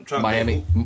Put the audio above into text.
Miami